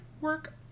Work